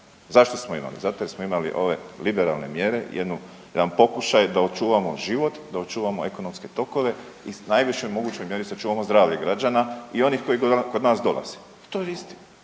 Zašto smo imali? Zato jer smo imali ove liberalne mjere, jedan pokušaj da očuvamo život, da očuvamo ekonomske tokove i u najvišoj mogućoj mjeri sačuvamo zdravlje građana i onih koji kod nas dolaze. To je istina